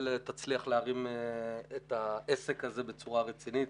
תצליח להרים את העסק הזה בצורה רצינית.